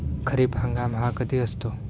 खरीप हंगाम हा कधी असतो?